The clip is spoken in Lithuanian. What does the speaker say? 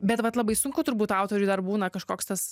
bet vat labai sunku turbūt autoriui dar būna kažkoks tas